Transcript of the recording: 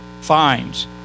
fines